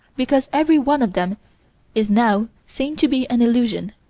because every one of them is now seen to be an illusion,